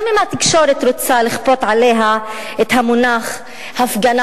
גם אם התקשורת רוצה לכפות עליה את המונח "הפגנה